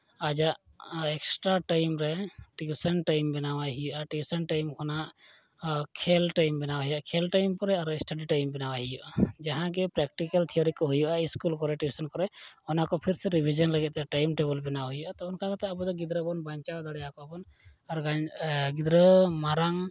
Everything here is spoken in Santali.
ᱟᱡᱟᱜ ᱮᱠᱥᱴᱨᱟ ᱴᱟᱭᱤᱢ ᱨᱮ ᱴᱤᱭᱩᱥᱚᱱ ᱴᱟᱭᱤᱢ ᱵᱮᱱᱟᱣᱟᱭ ᱦᱩᱭᱩᱜᱼᱟ ᱴᱤᱣᱩᱥᱚᱱ ᱴᱟᱭᱤᱢ ᱠᱷᱚᱱᱟᱜ ᱠᱷᱮᱞ ᱴᱟᱭᱤᱢ ᱵᱮᱱᱟᱣᱟᱭ ᱦᱩᱭᱩᱜᱼᱟ ᱠᱷᱮᱞ ᱴᱟᱭᱤᱢ ᱯᱚᱨᱮ ᱟᱨᱚ ᱥᱴᱟᱰᱤ ᱴᱟᱭᱤᱢ ᱵᱮᱱᱟᱣᱟᱭ ᱦᱩᱭᱩᱜᱼᱟ ᱡᱟᱦᱟᱸᱜᱮ ᱯᱨᱮᱠᱴᱤᱠᱮᱞ ᱛᱷᱤᱭᱳᱨᱤ ᱠᱚ ᱦᱩᱭᱩᱜᱼᱟ ᱤᱥᱠᱩᱞ ᱠᱚᱨᱮᱜ ᱴᱤᱭᱩᱥᱚᱱ ᱠᱚᱨᱮᱜ ᱚᱱᱟ ᱠᱚ ᱯᱷᱤᱨ ᱥᱮ ᱨᱤᱵᱷᱤᱥᱚᱱ ᱞᱟᱹᱜᱤᱫ ᱴᱟᱭᱤᱢ ᱴᱮᱵᱤᱞ ᱵᱮᱱᱟᱣᱟᱭ ᱦᱩᱭᱩᱜᱼᱟ ᱚᱱᱠᱟ ᱠᱟᱛᱮᱫ ᱟᱵᱚ ᱫᱚ ᱜᱤᱫᱽᱨᱟᱹ ᱵᱚᱱ ᱵᱟᱧᱪᱟᱣ ᱫᱟᱲᱮᱭᱟ ᱠᱚᱣᱟ ᱵᱚᱱ ᱟᱨ ᱜᱤᱫᱨᱟᱹ ᱢᱟᱨᱟᱝ